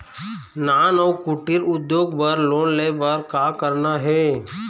नान अउ कुटीर उद्योग बर लोन ले बर का करना हे?